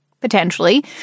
potentially